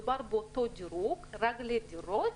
מדובר באותו דירוג, רק לדירות,